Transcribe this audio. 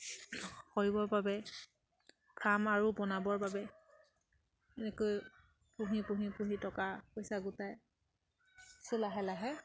কৰিবৰ বাবে ফাৰ্ম আৰু বনাবৰ বাবে এনেকৈ পুহি পুহি পুহি টকা পইচা গোটাই চ' লাহে লাহে